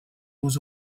aux